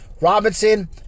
Robinson